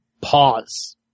pause